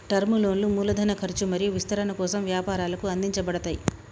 term లోన్లు మూలధన ఖర్చు మరియు విస్తరణ కోసం వ్యాపారాలకు అందించబడతయ్